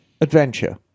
adventure